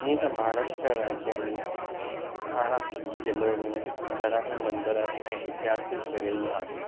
हीअं त महाराष्ट्र राज्य में थाणा ज़िले में घणा ई मंदरु ऐं इतिहासिक जॻहियूं आहिनि